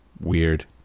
Weird